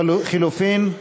לחלופין?